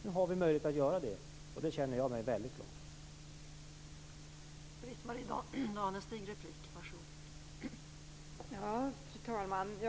Nu har vi den möjligheten, och det känner jag mig väldigt glad för.